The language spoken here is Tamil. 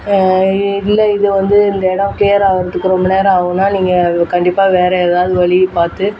இல்லை இதுவந்து இந்த இடம் கிளியர் ஆகிறதுக்கு ரொம்ப நேரம் ஆகுன்னால் நீங்கள் கண்டிப்பாக வேறு ஏதாவது வழிய பார்த்து